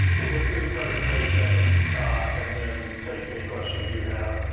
we'll get through the presentation and then take any questions you have.